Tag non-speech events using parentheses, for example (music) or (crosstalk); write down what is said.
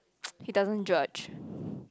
(noise) he doesn't judge (breath)